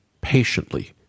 Patiently